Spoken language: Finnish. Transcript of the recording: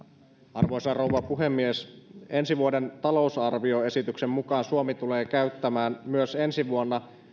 arvoisa rouva puhemies ensi vuoden talousarvioesityksen mukaan suomi tulee käyttämään myös ensi vuonna